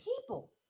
people